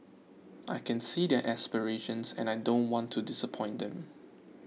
I can see their aspirations and I don't want to disappoint them